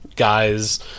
guys